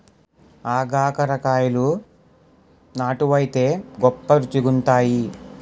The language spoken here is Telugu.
ఆగాకరకాయలు నాటు వైతే గొప్ప రుచిగుంతాయి